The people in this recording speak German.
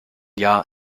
jahr